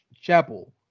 chapel